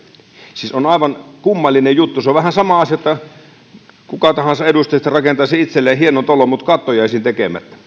siis se on aivan kummallinen juttu se on vähän sama asia kuin jos kuka tahansa edustajista rakentaisi itselleen hienon talon mutta katto jäisi tekemättä